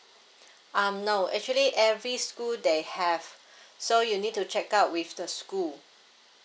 um no actually every school they have so you need to check out with the school